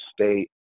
State